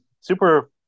super